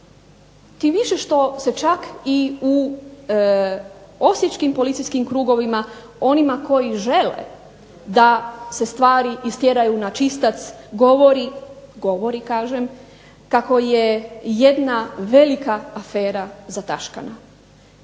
tim više što se čak i u osječkim policijskim krugovima, onima koji žele da se stvari istjeraju na čistac govori, govori kažem, kako je jedna velika afera zataškana.